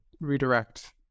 redirect